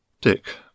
Dick